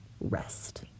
rest